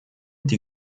die